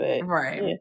Right